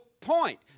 point